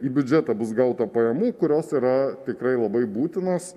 į biudžetą bus gauta pajamų kurios yra tikrai labai būtinos